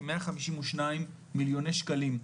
כמאה חמישים ושניים מיליוני שקלים.